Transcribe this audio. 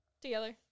Together